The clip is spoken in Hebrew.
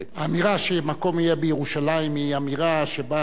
האמירה שהמקום יהיה בירושלים היא אמירה שבה אנחנו